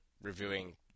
reviewing